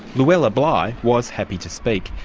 luella bligh was happy to speak.